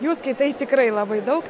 jų skaitai tikrai labai daug